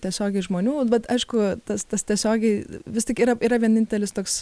tiesiogiai žmonių bet aišku tas tas tiesiogiai vis tik yra yra vienintelis toks